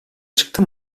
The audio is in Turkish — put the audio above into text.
çıktı